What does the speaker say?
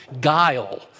guile